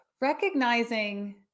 recognizing